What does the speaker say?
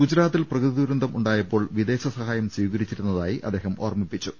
ഗുജറാത്തിൽ പ്രകൃതി ദുരന്തം ഉണ്ടായപ്പോൾ വിദേശ സഹായം സ്വീകരിച്ചിരുന്നതായി അദ്ദേഹം ഓർമ്മിപ്പിച്ചു